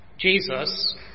Jesus